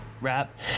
rap